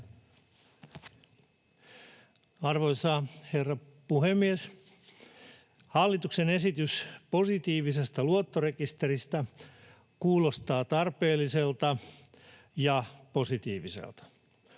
Arvoisa herra puhemies! Hallituksen esitys positiivisesta luottorekisteristä kuulostaa tarpeelliselta ja positiiviselta.